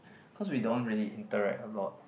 cause we don't really interact a lot